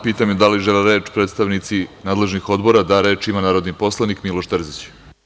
Pitam da li žele reč predstavnici nadležnih odbora? (Da.) Reč ima narodni poslanik Miloš Terzić.